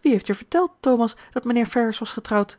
wie heeft je verteld thomas dat mijnheer ferrars was getrouwd